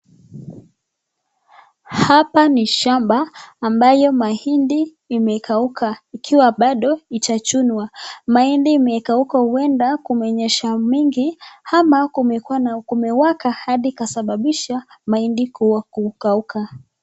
Hapa ni shamba ambayo mahindi imekauka ikiwa bado itachunwa. Mahindi imekauka uenda kumenyesha mingi ama kumewaka hadi ikasababisha mahindi kukauka.